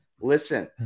Listen